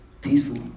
peaceful